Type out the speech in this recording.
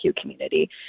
community